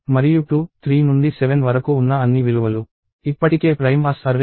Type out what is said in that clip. మరియు 2 3 నుండి 7 వరకు ఉన్న అన్ని విలువలు ఇప్పటికే ప్రైమ్స్ అర్రే లో ఉన్నాయి